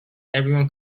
everyone